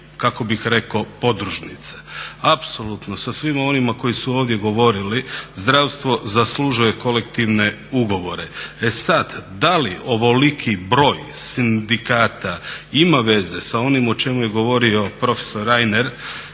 614 sindikalnih podružnica. Apsolutno sa svima onima koji su ovdje govorili zdravstvo zaslužuje kolektivne ugovore. E sada da li ovoliki broj sindikata ima veze sa onim o čemu je govorio profesor Reiner